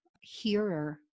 hearer